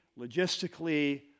logistically